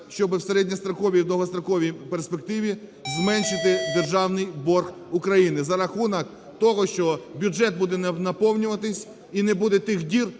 щоб в середньостроковій, довгостроковій перспективі зменшити державний борг України за рахунок того, що бюджет буде наповнюватися і не буде тих дір,